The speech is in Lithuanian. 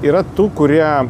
yra tų kurie